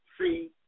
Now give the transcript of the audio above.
-C